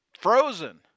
frozen